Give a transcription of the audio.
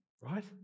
right